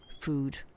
food